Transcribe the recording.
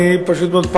אני פשוט מאוד,